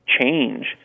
change